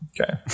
Okay